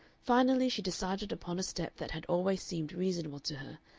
finally she decided upon a step that had always seemed reasonable to her,